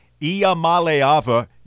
Iamaleava